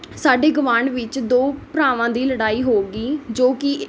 ਸਾਡੇ ਗੁਆਂਢ ਵਿੱਚ ਦੋ ਭਰਾਵਾਂ ਦੀ ਲੜ੍ਹਾਈ ਹੋ ਗਈ ਜੋ ਕਿ